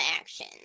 action